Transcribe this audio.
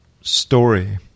story